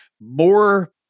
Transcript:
more